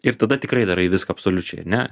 ir tada tikrai darai viską absoliučiai ne